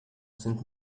sind